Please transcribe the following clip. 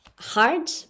hard